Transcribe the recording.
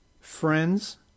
friends